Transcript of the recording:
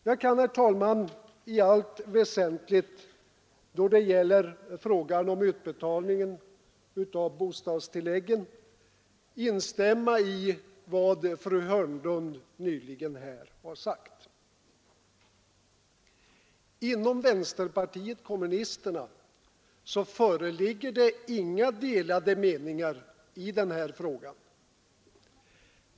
Jag kan, herr talman, då det gäller frågan om utbetalningen av bostadstilläggen i allt väsentligt instämma i vad fru Hörnlund nyss här har sagt. Inom vänsterpartiet kommunisterna föreligger det inga delade meningar i den här frågan.